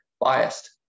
biased